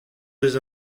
des